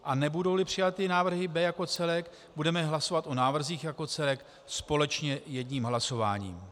A nebudouli přijaty návrhy B jako celek, budeme hlasovat o návrzích jako celek společně jedním hlasováním.